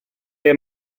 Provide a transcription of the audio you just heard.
est